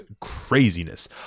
craziness